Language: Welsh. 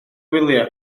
wyliau